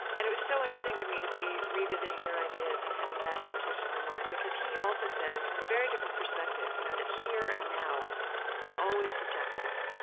and it was so interesting to me, to be revisiting your ideas and having that conversation in my mind, because he also said, from a very different perspective, you know that here and now are always subjective,